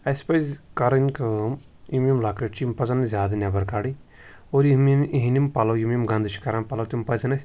اَسہِ پَزِ کَرٕنۍ کٲم یِم یِم لۄکٕٹۍ چھِ یِم پَزَن نہٕ زیادٕ نٮ۪بَر کَڑٕنۍ اور یِم یِم اِہِنٛدۍ پَلَو یِم یِم گَنٛدٕ چھِ کَران پَلو تِم پَزَن اَسہِ